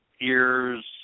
ears